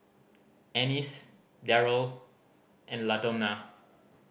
Annice Darold and Ladonna